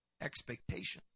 expectations